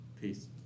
Peace